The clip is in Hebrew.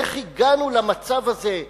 איך הגענו למצב הזה,